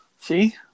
See